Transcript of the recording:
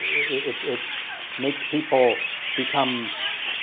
it it makes people become